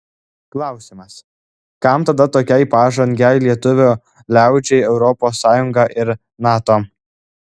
klausimas kam tada tokiai pažangiai lietuvių liaudžiai europos sąjunga ir nato